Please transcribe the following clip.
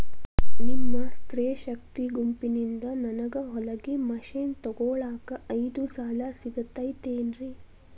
ನಿಮ್ಮ ಸ್ತ್ರೇ ಶಕ್ತಿ ಗುಂಪಿನಿಂದ ನನಗ ಹೊಲಗಿ ಮಷೇನ್ ತೊಗೋಳಾಕ್ ಐದು ಸಾಲ ಸಿಗತೈತೇನ್ರಿ?